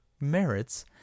merits